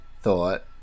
Thought